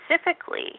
specifically